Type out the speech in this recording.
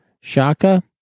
Shaka